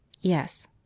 Yes